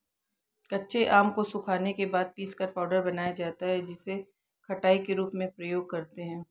कच्चे आम को सुखाने के बाद पीसकर पाउडर बनाया जाता है जिसे खटाई के रूप में प्रयोग करते है